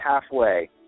halfway